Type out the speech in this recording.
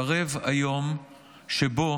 קרב היום שבו